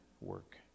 work